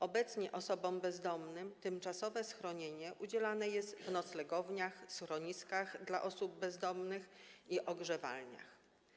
Obecnie osobom bezdomnym tymczasowe schronienie udzielane jest w noclegowniach, schroniskach dla osób bezdomnych i ogrzewalniach.